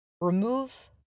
remove